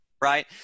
right